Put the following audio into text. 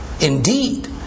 Indeed